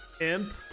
Imp